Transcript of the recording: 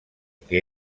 que